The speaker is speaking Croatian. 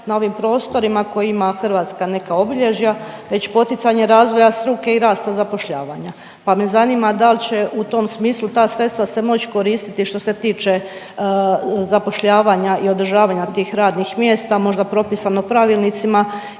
na ovim prostorima koje ima Hrvatska neka obilježja već poticanje razvoja struke i rasta zapošljavanja, pa me zanima da li će u tom smislu ta sredstva se moći koristiti što se tiče zapošljavanja i održavanja tih radnih mjesta. Možda propisano pravilnicima